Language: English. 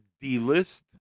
D-list